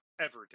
Everday